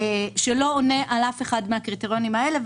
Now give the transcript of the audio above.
שלא עונה על אף אחד מן הקריטריונים האלה,